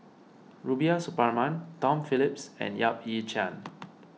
Rubiah Suparman Tom Phillips and Yap Ee Chian